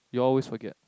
you always forget